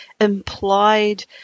implied